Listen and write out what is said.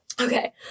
okay